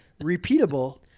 Repeatable